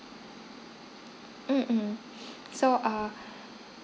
mmhmm so uh